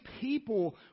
people